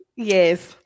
Yes